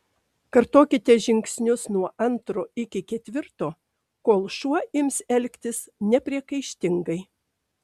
kartokite žingsnius nuo antro iki ketvirto kol šuo ims elgtis nepriekaištingai